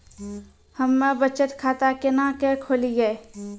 हम्मे बचत खाता केना के खोलियै?